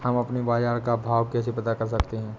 हम अपने बाजार का भाव कैसे पता कर सकते है?